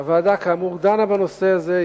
הוועדה, כאמור, דנה בנושא הזה.